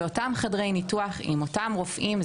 זה אותם חדרי ניתוח עם אותם רופאים.